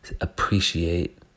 appreciate